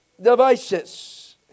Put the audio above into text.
devices